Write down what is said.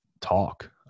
talk